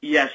yes